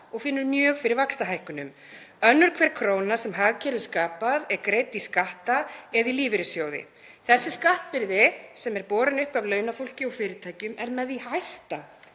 og finnur mjög fyrir vaxtahækkunum. Önnur hver króna sem hagkerfið skapar er greidd í skatta eða í lífeyrissjóði. Þessi skattbyrði, sem er borin uppi af launafólki og fyrirtækjum, er með því hæsta